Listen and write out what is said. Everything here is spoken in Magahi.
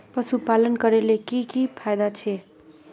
पशुपालन करले की की फायदा छे?